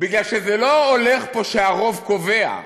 בגלל שזה לא הולך פה שהרוב קובע,